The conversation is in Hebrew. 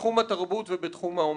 בתחום התרבות ובתחום האמנות.